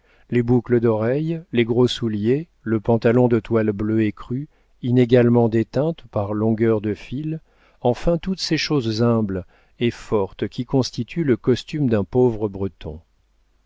les boucles d'oreilles les gros souliers le pantalon de toile bleue écrue inégalement déteinte par longueurs de fil enfin toutes ces choses humbles et fortes qui constituent le costume d'un pauvre breton